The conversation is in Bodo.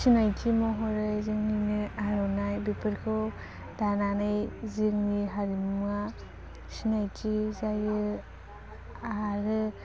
सिनायथि महरै जोंनिनो आर'नाइ बेफोरखौ दानानै जोंनि हारिमुवा सिनायथि जायो आरो